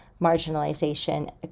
marginalization